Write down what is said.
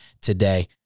today